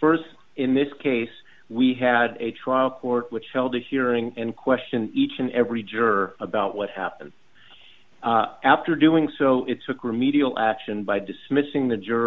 st in this case we had a trial court which held a hearing and question each and every juror about what happened after doing so it took remedial action by dismissing the juror